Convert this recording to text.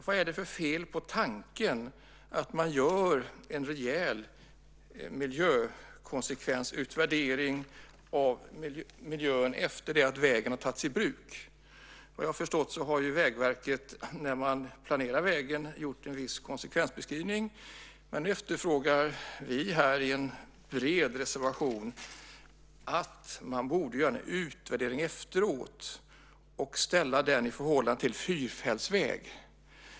Vad är det för fel på tanken att man gör en rejäl miljökonsekvensutvärdering av miljön efter det att vägen har tagits i bruk? Vad jag har förstått har Vägverket när man planerade vägen gjort en viss konsekvensbeskrivning. Här efterfrågas i en bred reservation att man borde göra en utvärdering efteråt och jämföra denna typ av väg med fyrfältsväg.